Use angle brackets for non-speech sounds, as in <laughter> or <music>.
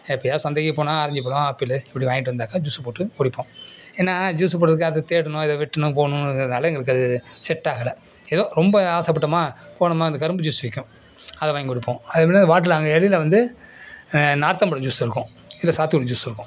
எப்போயாவது சந்தைக்கு போனால் ஆரஞ்சு பழம் ஆப்பிளு இப்படி வாங்கிட்டு வந்தாக்க ஜூஸு போட்டு குடிப்போம் ஏன்னா ஜூஸு போடுறது அது தேடணும் இதை வெட்டணும் போகணுங்கிறதால எங்களுக்கு அது செட்டாகலை எதோ ரொம்ப ஆசைப்பட்டோமா போனோமா இந்த கரும்பு ஜூஸ் விற்கும் அதை வாங்கி குடிப்போம் அதேமாரி <unintelligible> அங்கே வெளியில் வந்து நார்த்த பழம் ஜூஸு இருக்கும் இல்லை சாத்துக்குடி ஜூஸு இருக்கும்